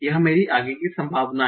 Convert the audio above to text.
यह मेरी आगे की संभावना है